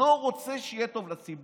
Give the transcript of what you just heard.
לא רוצה שיהיה טוב לציבור.